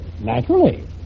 naturally